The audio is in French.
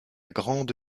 grande